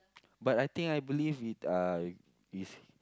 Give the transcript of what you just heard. but I think I believe it uh is